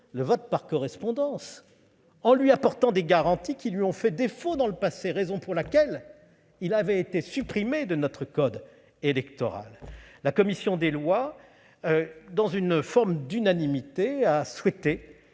le vote par correspondance, en lui apportant des garanties qui lui ont fait défaut dans le passé- raison pour laquelle il avait été supprimé de notre code électoral ? La commission des lois, dans une forme d'unanimité, a souhaité